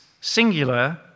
singular